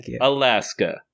alaska